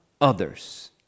others